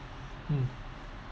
mm